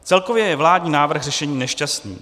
Celkově je vládní návrh řešením nešťastným.